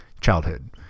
childhood